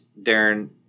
Darren